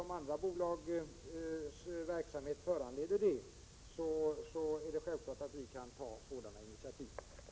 Om andra bolags verksamhet föranleder det är det självklart att vi kan ta sådana initiativ som Görel Bohlin efterlyser.